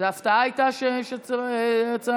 זו הייתה הפתעה שיש הצעה